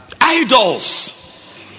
Idols